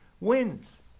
wins